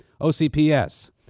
OCPS